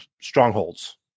strongholds